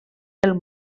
del